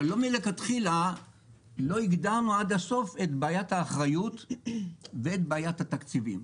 אבל מלכתחילה לא הגדרנו עד הסוף את בעיית האחריות ואת בעיית התקציבים.